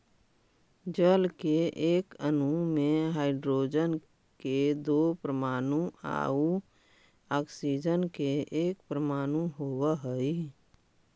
जल के एक अणु में हाइड्रोजन के दो परमाणु आउ ऑक्सीजन के एक परमाणु होवऽ हई